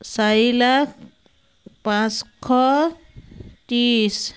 চাৰি লাখ পাঁচশ ত্ৰিছ